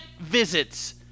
visits